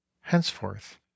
Henceforth